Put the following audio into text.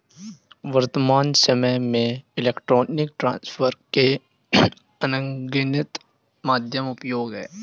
वर्त्तमान सामय में इलेक्ट्रॉनिक ट्रांसफर के अनगिनत माध्यम उपयोग में हैं